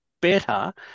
better